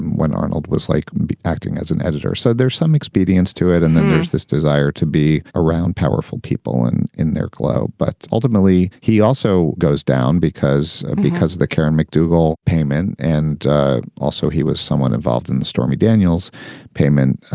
and when arnold was like acting as an editor. so there's some expedients to it. and then there's this desire to be around powerful people and in their glow. but ultimately, he also goes down because because of the karen mcdougal payment and also he was someone involved in the stormy daniels payment.